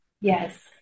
yes